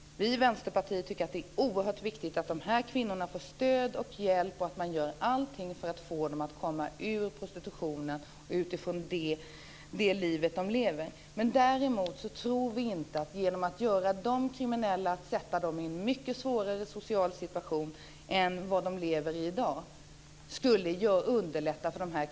Vi i Vänsterpartiet tycker att det är oerhört viktigt att de här kvinnorna får stöd och hjälp och att man ska göra allting för att få dem att komma ur prostitutionen och det liv som de lever. Men däremot tror vi inte att man skulle underlätta för dessa kvinnor att få hjälp genom att göra dem kriminella och försätta dem i en mycket svårare social situation än vad de lever i i dag.